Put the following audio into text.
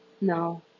No